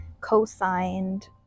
co-signed